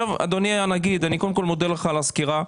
אדוני הנגיד, קודם כול, אני מודה לך על הסקירה.